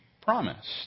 promised